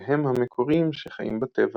מאבותיהם המקוריים שחיים בטבע.